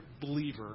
believer